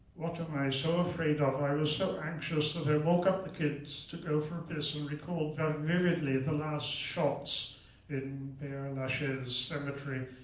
what am i so afraid of? and i was so anxious that i woke up the kids to go for a piss, and recalled vividly the last shot in pere and lachaise emetery.